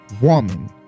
woman